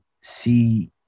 see